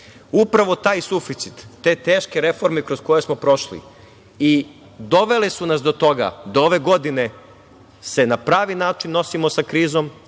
Upravo taj suficit, te teške reforme kroz koje smo prošli i dovele su nas do toga da ove godine se na pravi način nosimo sa krizom